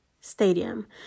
Stadium